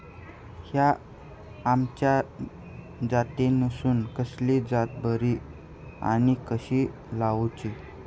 हया आम्याच्या जातीनिसून कसली जात बरी आनी कशी लाऊची?